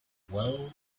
well